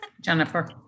Jennifer